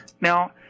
Now